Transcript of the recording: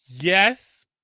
Yes